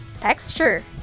texture